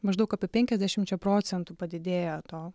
maždaug apie penkiasdešimčia procentų padidėja to